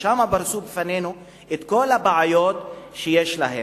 ושם פרסו בפנינו את כל הבעיות שיש להם.